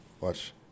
Watch